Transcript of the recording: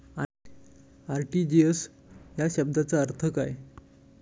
RTGS या शब्दाचा अर्थ काय?